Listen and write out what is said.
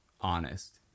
honest